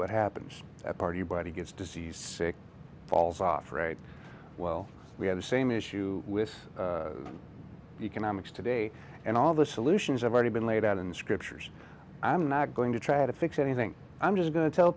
what happens party body gets disease falls off right well we have the same issue with economics today and all the solutions have already been laid out in the scriptures i'm not going to try to fix anything i'm just going to tell